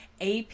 AP